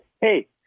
hey